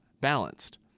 balanced